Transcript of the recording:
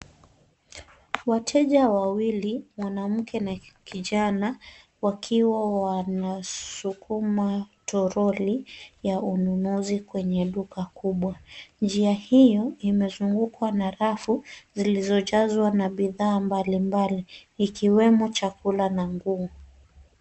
Wateja wawili, mwanamke na kijana, wakiwa wanasukuma toroli ya ununuzi kwenye duka kubwa. Njia hiyo imezungukwa na rafu zilizojazwa na bidhaa mbalimbali ikiwemo chakula na nguo.